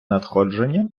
надходження